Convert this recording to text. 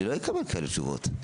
אני לא אקבל כאלה תשובות.